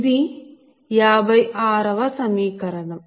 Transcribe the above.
ఇది 56 వ సమీకరణం